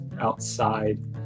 outside